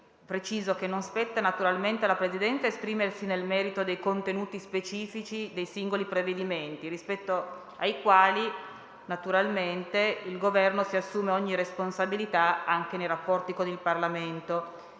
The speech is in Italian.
preciso che non sta alla Presidenza esprimersi nel merito dei contenuti specifici dei singoli provvedimenti, rispetto ai quali, naturalmente, il Governo si assume ogni responsabilità, anche nei rapporti con il Parlamento.